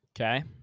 Okay